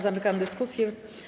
Zamykam dyskusję.